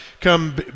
come